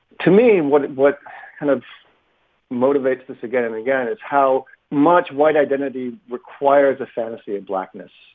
to me, what what kind of motivates this again and again is how much white identity requires a fantasy of blackness.